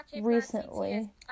Recently